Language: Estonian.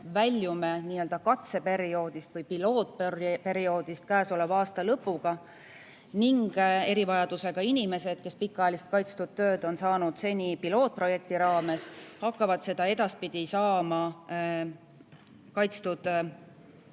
väljume nii-öelda katseperioodist või pilootperioodist käesoleva aasta lõpus ning erivajadusega inimesed, kes pikaajalist kaitstud tööd on saanud seni pilootprojekti raames, hakkavad seda edaspidi saama toetatud töö